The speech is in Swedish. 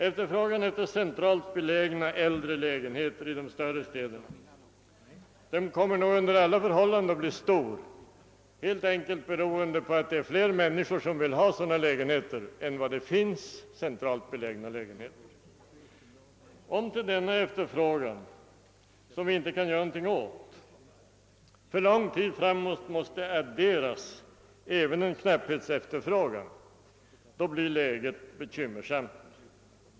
Efterfrågan på centralt belägna äldre lägenheter i de större städerna kommer nog under alla förhållanden att bli stor, helt enkelt beroende på att det är fler människor som ' vill ha sådana lägenheter än vad det finns centralt belägna lägenheter. Om till denna efterfrågan, som vi inte kan göra något åt, för lång tid framåt måste adderas även en knapphetsefterfrågan blir läget bekymmersamt.